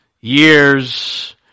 years